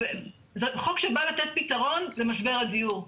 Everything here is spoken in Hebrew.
זה חוק שבא לתת פתרון למשבר הדיור.